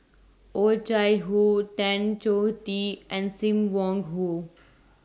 Oh Chai Hoo Tan Choh Tee and SIM Wong Hoo